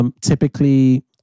Typically